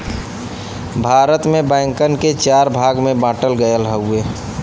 भारत में बैंकन के चार भाग में बांटल गयल हउवे